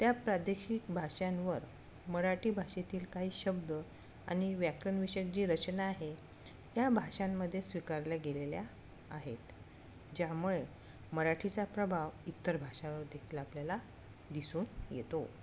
त्या प्रादेशिक भाषांंवर मराठी भाषेतील काही शब्द आणि व्याकरण विषयक जी रचना आहे त्या भाषांमध्ये स्वीकारल्या गेलेल्या आहेत ज्यामुळे मराठीचा प्रभाव इतर भाषावर देखील आपल्याला दिसून येतो